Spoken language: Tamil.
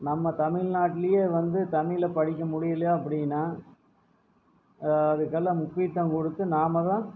நம்ப தமிழ்நாட்லையே வந்து தமிழில் படிக்க முடியிலை அப்படின்னா அதுக்கெல்லாம் முக்கியத்துவம் கொடுத்து நாமதான்